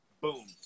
boom